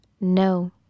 No